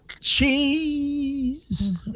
cheese